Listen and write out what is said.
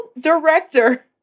director